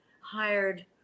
hired